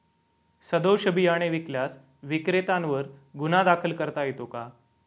सदोष बियाणे विकल्यास विक्रेत्यांवर गुन्हा दाखल करता येतो का?